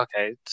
okay